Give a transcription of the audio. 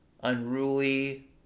unruly